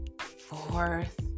fourth